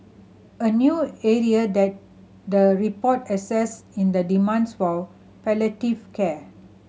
a new area that the report assesses in the demands for palliative care